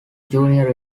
junior